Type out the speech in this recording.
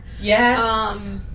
Yes